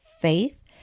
faith